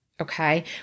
Okay